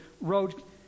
wrote